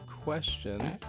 question